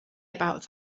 about